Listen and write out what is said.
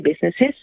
businesses